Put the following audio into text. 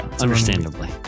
Understandably